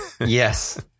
Yes